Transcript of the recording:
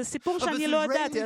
זה סיפור שאני לא ידעתי,